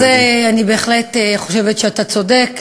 בהקשר הזה אני בהחלט חושבת שאתה צודק.